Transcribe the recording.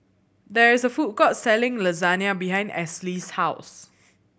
there is a food court selling Lasagna behind Esley's house